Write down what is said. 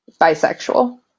Bisexual